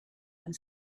and